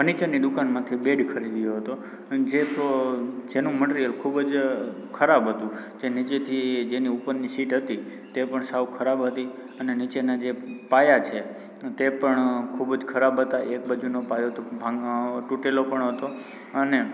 ફનિચરની દુકાનમાંથી બેડ ખરીદ્યો હતો જેનું મટિરિયલ ખૂબ જ ખરાબ હતું જે નીચેથી જેનું ઉપરની શીટ હતી તે પણ સાવ ખરાબ હતી અને નીચેના જે પાયા છે તે પણ ખૂબ જ ખરાબ હતા એક બાજુનો પાયો તો ભાંગ તૂટેલો પણ હતો અને